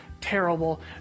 terrible